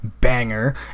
banger